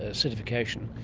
acidification,